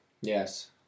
Yes